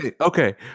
Okay